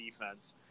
defense